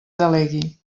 delegui